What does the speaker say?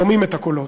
שומעים את הקולות.